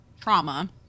trauma